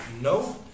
No